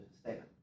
statement